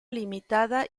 limitada